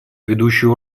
ведущую